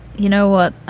you know what?